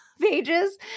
pages